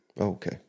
Okay